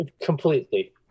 completely